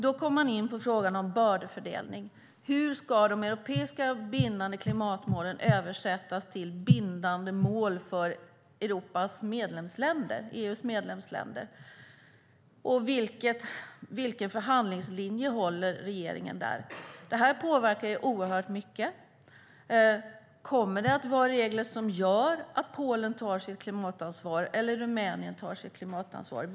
Då kommer man in på frågan om bördefördelning: Hur ska de europeiska bindande klimatmålen översättas till bindande mål för EU:s medlemsländer? Vilken förhandlingslinje håller regeringen där? Detta påverkar oerhört mycket. Kommer det att vara regler som gör att Polen eller Rumänien tar sitt klimatansvar?